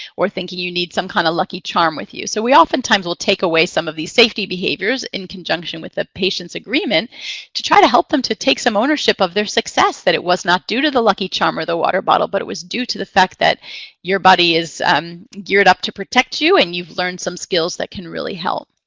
or thinking you need some kind of lucky charm with you. so we oftentimes will take away some of these safety behaviors in conjunction with the patient's agreement to try to help them to take some ownership of their success, that it was not due to the lucky charm or the water bottle, but it was due to the fact that your body is geared up to protect you, and you've learned some skills that can really help.